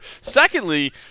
Secondly